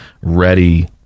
ready